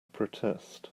protest